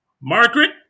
Margaret